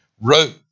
wrote